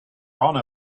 honor